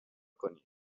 کنید